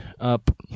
up